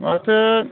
माथो